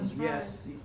Yes